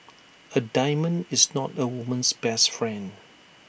A diamond is not A woman's best friend